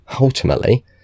ultimately